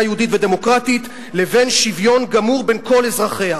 יהודית ודמוקרטית לבין שוויון גמור בין כל אזרחיה.